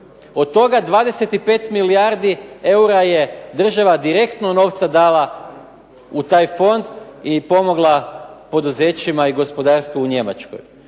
Od toga 25 milijardi eura je država direktno novca dala u taj fond i pomogla poduzećima i gospodarstvu u Njemačkoj.